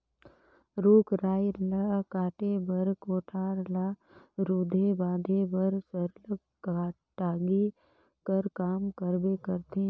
रूख राई ल काटे बर, कोठार ल रूधे बांधे बर सरलग टागी कर काम परबे करथे